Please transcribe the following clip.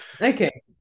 Okay